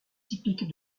typique